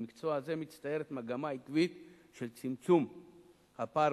במקצוע זה מצטיירת מגמה עקבית של צמצום הפער